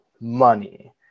money